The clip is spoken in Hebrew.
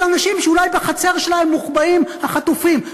אנשים שאולי בחצר שלהם מוחבאים החטופים,